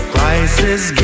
Crisis